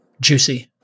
juicy